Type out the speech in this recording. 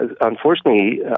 unfortunately